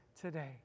today